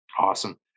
Awesome